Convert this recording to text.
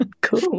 cool